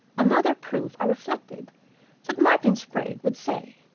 another proof, i reflected that martin sprague would say.